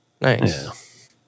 Nice